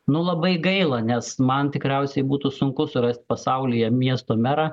nu labai gaila nes man tikriausiai būtų sunku surast pasaulyje miesto merą